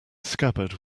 scabbard